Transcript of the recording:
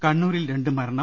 കണ്ണൂരിൽ രണ്ട് മരണം